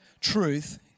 truth